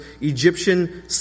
Egyptian